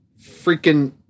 freaking